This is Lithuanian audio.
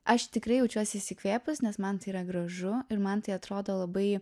aš tikrai jaučiuosi įsikvėpus nes man tai yra gražu ir man tai atrodo labai